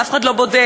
אבל אף אחד לא בודק,